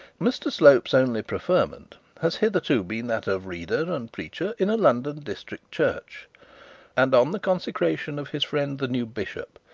mr slope's only preferment has hitherto been that of reader and preacher in a london district church and on the consecration of his friend the new bishop,